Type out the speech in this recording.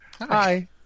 Hi